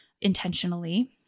intentionally